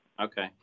Okay